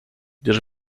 gdyż